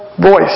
voice